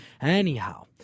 Anyhow